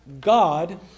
God